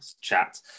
chat